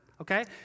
okay